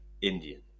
Indian